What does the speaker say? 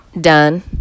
done